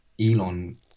Elon